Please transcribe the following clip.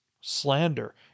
slander